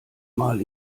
mal